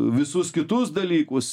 visus kitus dalykus